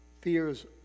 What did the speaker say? fears